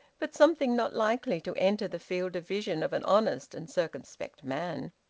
but something not likely to enter the field of vision of an honest and circumspect man.